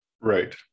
Right